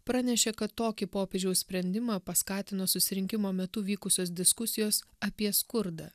pranešė kad tokį popiežiaus sprendimą paskatino susirinkimo metu vykusios diskusijos apie skurdą